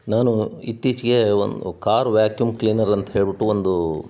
ನಾನು ಇತ್ತೀಚಿಗೆ ಒಂದು ಕಾರ್ ವ್ಯಾಕ್ಯೂಮ್ ಕ್ಲೀನರ್ ಅಂತ ಹೇಳಿಬಿಟ್ಟು ಒಂದು